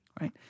right